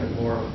more